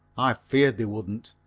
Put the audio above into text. i feared they wouldn't.